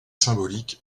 symbolique